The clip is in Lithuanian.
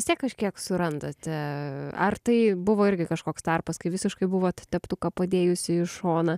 vis tieka kažkiek surandate ar tai buvo irgi kažkoks tarpas kai visiškai buvot teptuką padėjusi į šoną